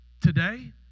today